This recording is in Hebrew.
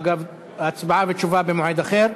אגב, הצבעה ותשובה במועד אחר.